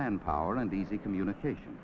manpower and easy communication